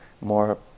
more